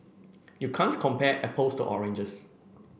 you can't compare apples to oranges